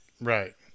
Right